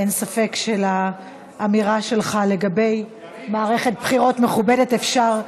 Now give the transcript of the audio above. אין ספק שלאמירה שלך לגבי מערכת בחירות מכובדת אפשר להצטרף.